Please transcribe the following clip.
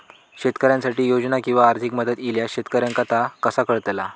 शेतकऱ्यांसाठी योजना किंवा आर्थिक मदत इल्यास शेतकऱ्यांका ता कसा कळतला?